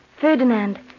Ferdinand